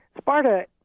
Sparta